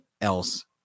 else